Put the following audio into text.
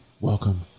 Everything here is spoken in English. welcome